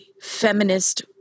feminist